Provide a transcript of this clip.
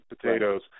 potatoes